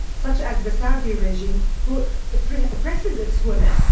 such as the saudi regime, who oppresses its women?